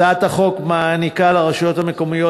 הצעת החוק מעניקה לרשויות המקומיות